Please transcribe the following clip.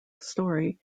story